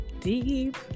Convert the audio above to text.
deep